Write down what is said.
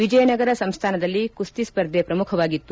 ವಿಜಯನಗರ ಸಂಸ್ಥಾನದಲ್ಲಿ ಕುಸ್ತಿ ಸ್ಪರ್ಧೆ ಪ್ರಮುಖವಾಗಿತ್ತು